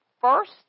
first